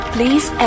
Please